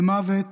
זה מוות